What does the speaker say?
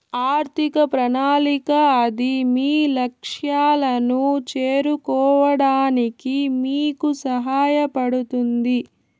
ఆర్థిక ప్రణాళిక అది మీ లక్ష్యాలను చేరుకోవడానికి మీకు సహాయపడుతుంది